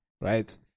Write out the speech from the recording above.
right